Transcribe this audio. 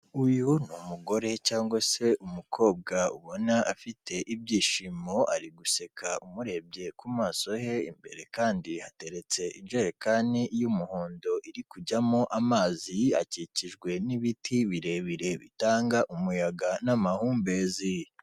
Uyu ni umugore cyangwa se umukobwa ubona afite ibyishimo ari guseka umurebye ku maso he, imbere kandi hateretse injerekani y'umuhondo iri kujyamo amazi, akikijwe n'ibiti birebire bitanga umuyaga n'amahumbezi.